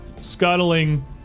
scuttling